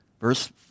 verse